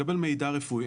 לקבל מידע רפואי.